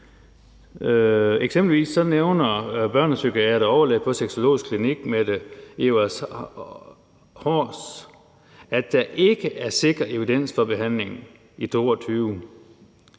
Eksempelvis nævner børnepsykiater og overlæge på Sexologisk Klinik Mette Ewers Haahr, at der ikke er sikker evidens for behandlingen i 2022,